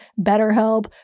BetterHelp